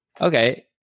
okay